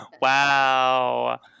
wow